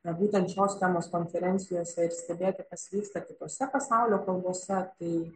na būtent šios temos konferencijose ir stebėti kas vyksta kitose pasaulio kalbose tai